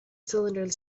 cylinder